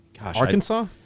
Arkansas